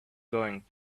going